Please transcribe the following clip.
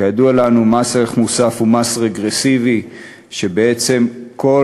כידוע לנו, מס ערך מוסף הוא מס רגרסיבי, ובעצם כל